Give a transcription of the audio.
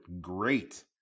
great